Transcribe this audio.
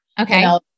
Okay